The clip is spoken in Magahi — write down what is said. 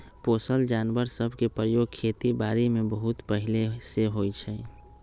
पोसल जानवर सभ के प्रयोग खेति बारीमें बहुते पहिले से होइ छइ